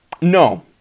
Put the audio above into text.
No